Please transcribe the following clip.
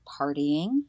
partying